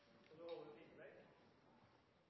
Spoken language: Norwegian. Og då er det